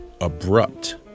abrupt